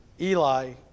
Eli